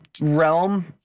realm